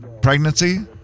pregnancy